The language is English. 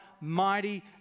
mighty